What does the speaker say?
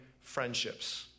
friendships